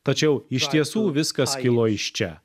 tačiau iš tiesų viskas kilo iš čia